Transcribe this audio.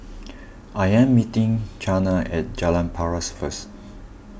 I am meeting Chyna at Jalan Paras first